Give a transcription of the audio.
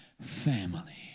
family